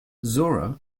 zora